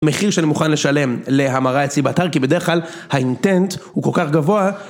מחיר שאני מוכן לשלם להמרה אצלי באתר כי בדרך כלל האינטנט הוא כל כך גבוה